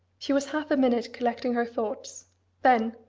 she was half a minute collecting her thoughts then,